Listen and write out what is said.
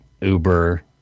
Uber